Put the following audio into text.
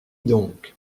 donc